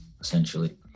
essentially